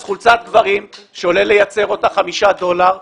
חולצת גברים שעולה לייצר אותה חמישה דולר,